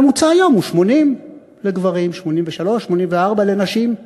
הממוצע היום הוא 80 לגברים, 83 84 לנשים.